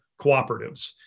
cooperatives